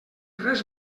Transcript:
res